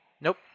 Nope